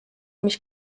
mich